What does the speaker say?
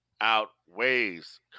outweighs